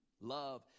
Love